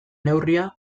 neurria